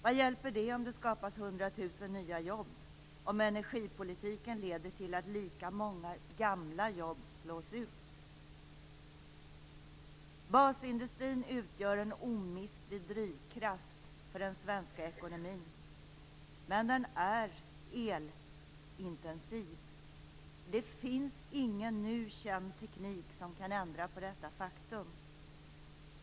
Vad hjälper det om det skapas 100 000 nya jobb, om energipolitiken leder till att lika många gamla jobb slås ut? Basindustrin utgör en omistlig drivkraft för den svenska ekonomin, men den är elintensiv. Det finns ingen nu känd teknik som kan ändra på detta faktum.